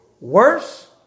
worse